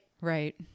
right